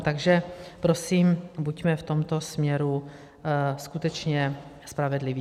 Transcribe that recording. Takže prosím, buďme v tomto směru skutečně spravedliví.